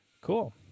Cool